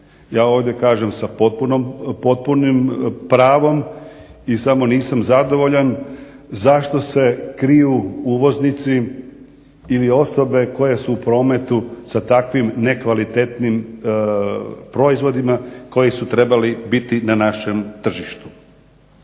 Ja ovdje kažem sa potpunom, potpunim pravom i samo nisam zadovoljan zašto se kriju uvoznici ili osobe koje su u prometu sa takvim nekvalitetnim proizvodima koji su trebali biti na našem tržištu.